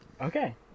Okay